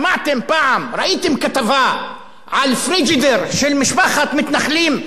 ראיתם כתבה על פריג'ידר של משפחת מתנחלים שאין בו כלום?